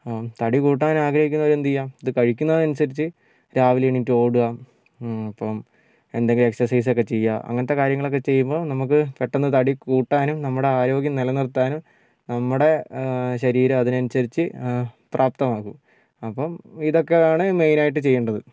തടി കൂട്ടാൻ ആഗ്രഹിക്കുന്നവരെന്ത് ചെയ്യുക ഇത് കഴിക്കുന്നതിനനുസരിച്ച് രാവിലെ എണീറ്റ് ഓടുക അപ്പം എന്തെങ്കിലും എക്സർസൈസ് ഒക്കെ ചെയ്യുക അങ്ങനത്തെ കാര്യങ്ങളൊക്കെ ചെയ്യുമ്പോൾ നമുക്ക് പെട്ടെന്ന് തടി കൂട്ടാനും നമ്മുടെ ആരോഗ്യം നിലനിർത്താനും നമ്മുടെ ശരീരം അതനുസരിച്ച് പ്രാപ്തമാകും അപ്പം ഇതൊക്കെയാണ് മെയിൻ ആയിട്ട് ചെയ്യേണ്ടത്